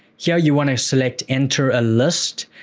here, you want to select, enter a list.